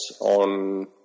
on